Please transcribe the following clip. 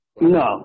No